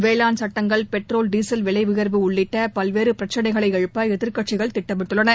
வேளாண் சட்டங்கள் petrol diesel விலை உயர்வு உள்ளிட்ட பல்வேறு பிரச்சினைகளை எழுப்ப எதிர்க்கட்சிகள் திட்டமிட்டுள்ளன